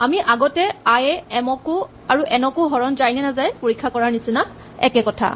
আমি আগতে I A M কো আৰু এন কো হৰণ যায় নে নাই পৰীক্ষা কৰাৰ নিচিনা একে কথা